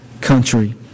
country